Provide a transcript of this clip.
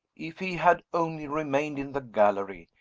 if he had only remained in the gallery,